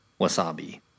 wasabi